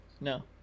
No